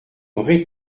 vrai